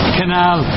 canal